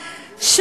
גם לנו,